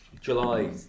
July